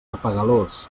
apegalós